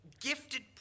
gifted